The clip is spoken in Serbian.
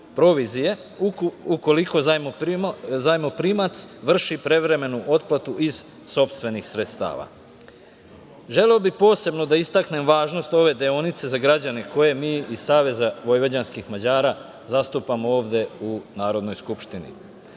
provizije ukoliko zajmoprimac vrši prevremenu otplatu iz sopstvenih sredstava. Želeo bih posebno da istaknem važnost ove deonice za građane koje mi iz Saveza vojvođanskih Mađara zastupamo ovde u Narodnoj skupštini. Nakon